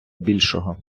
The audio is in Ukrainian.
більшого